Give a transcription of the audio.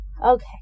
Okay